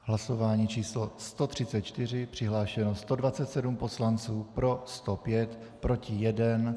Hlasování číslo 134, přihlášeno 127 poslanců, pro 105, proti 1.